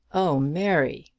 oh, mary!